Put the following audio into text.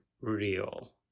real